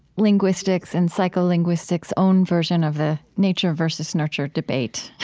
linguistics' and psycholinguistics' own version of the nature versus nurture debate,